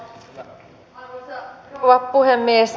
arvoisa rouva puhemies